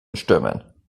stürmen